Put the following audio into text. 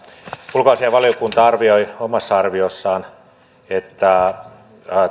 ulkoasiainvaliokunta arvioi omassa arviossaan että